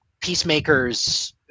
Peacemaker's